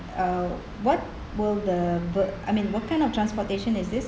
uh what will the bu~ I mean what kind of transportation is this